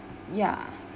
ya